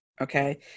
okay